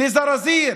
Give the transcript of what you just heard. לזרזיר,